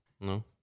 no